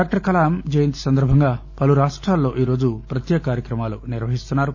doctor Kalam జయంతి సందర్భంగా పలు రాష్ట్రాల్లో ఈరోజు ప్రత్యేక కార్యక్రమాలు నిర్వహిస్తున్నారు